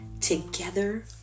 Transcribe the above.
together